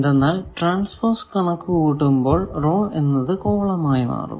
കാരണം ട്രാൻസ്പോസ് കണക്കു കൂട്ടുമ്പോൾ റോ എന്നത് കോളം ആയി മാറും